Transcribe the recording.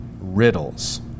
riddles